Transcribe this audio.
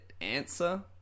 answer